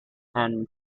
and